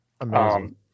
Amazing